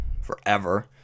forever